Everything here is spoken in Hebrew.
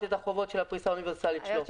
את החובות של הפריסה האוניברסלית שלו,